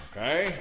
Okay